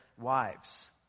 wives